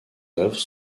œuvres